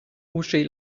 uschè